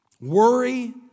Worry